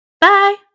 Bye